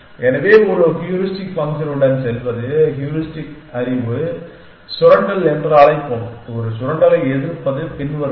எனவே ஒரு ஹூரிஸ்டிக் ஃபங்க்ஷனுடன் செல்வது ஹூரிஸ்டிக் அறிவு சுரண்டல் என்று அழைப்போம் ஒரு சுரண்டலை எதிர்ப்பது பின்வருமாறு